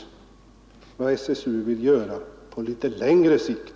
Det är ju förhållandena i dagsläget som behöver avhjälpas.